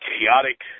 chaotic